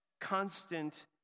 constant